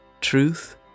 truth